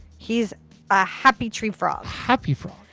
he's a happy tree frog. happy frog.